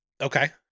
Okay